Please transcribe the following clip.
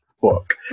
book